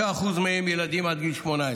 5% מהם הם ילדים עד גיל 18,